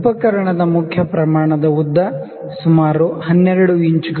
ಉಪಕರಣದ main scale ದ ಉದ್ದ ಸುಮಾರು 12 ಇಂಚುಗಳು